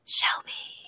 Shelby